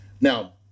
Now